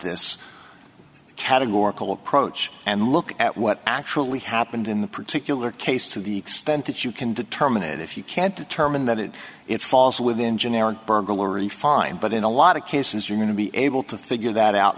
this categorical approach and look at what actually happened in the particular case to the extent that you can determinate if you can't determine that it falls within generic burglary fine but in a lot of cases you're going to be able to figure that out